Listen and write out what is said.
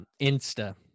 Insta